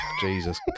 Jesus